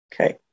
Okay